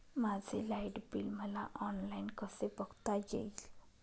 माझे light bill मला online कसे बघता येईल?